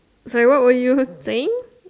sorry what were you saying